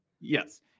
Yes